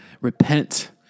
repent